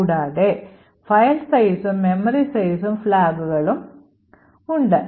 കൂടാതെ file sizeഉം memory sizeഉം ഫ്ലാഗുകളും ഉണ്ട്